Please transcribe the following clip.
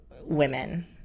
women